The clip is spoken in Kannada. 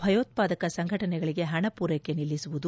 ಭಯೋತ್ಸಾದಕ ಸಂಘಟನೆಗಳಿಗೆ ಹಣ ಪೂರ್ವೆಕೆ ನಿಲ್ಲಿಸುವುದು